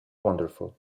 wonderful